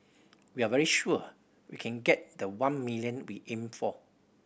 we are very sure we can get the one million we aimed for